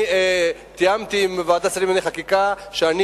אני תיאמתי עם ועדת השרים לענייני חקיקה שאני